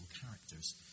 characters